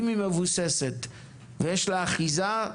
אם היא מבוססת ויש לה אחיזה.